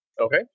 Okay